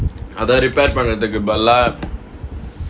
அத:atha repair பன்றதுக்கு பதிலா:panrathukku bathilaa